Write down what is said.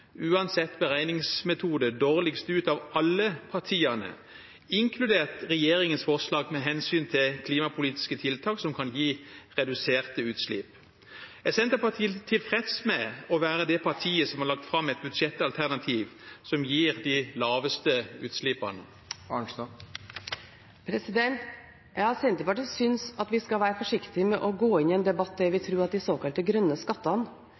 uansett beregningsmetode – dårligst ut av alle partiene, inkludert regjeringens forslag, med hensyn til klimapolitiske tiltak som kan gi reduserte utslipp. Er Senterpartiet tilfreds med å være det partiet som har lagt fram et budsjettalternativ som gir de laveste utslippskuttene? Senterpartiet synes vi skal være forsiktige med å gå inn i en debatt der vi tror at de såkalte grønne skattene